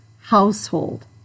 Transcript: household